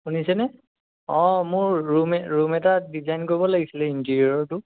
শুনিছেনে অঁ মোৰ ৰূম ৰূম এটা ডিজাইন কৰিব লাগিছিলে ইণ্টেৰিঅ'ৰটো